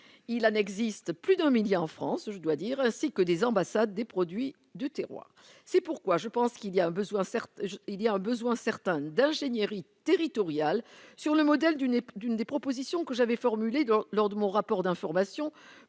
il en existe plus d'un millier en France, je dois dire, ainsi que des ambassades, des produits du terroir, c'est pourquoi je pense qu'il y a un besoin, certes il y a un besoin certains d'ingénierie territoriale sur le modèle d'une d'une des propositions que j'avais formulé lors de mon rapport d'informations